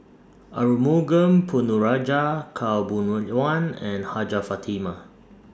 Arumugam Ponnu Rajah Khaw Boon Oh Wan and Hajjah Fatimah